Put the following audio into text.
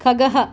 खगः